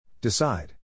Decide